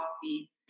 coffee